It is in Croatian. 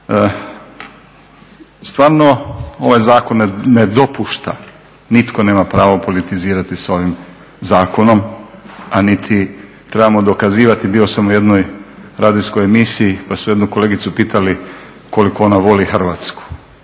Stvarno ovaj zakon ne dopušta, nitko nema pravo politizirati s ovim zakonom, a niti trebamo dokazivati. Bio sam u jednoj radijskoj emisiji pa su jednu kolegicu pitali koliko ona voli Hrvatsku.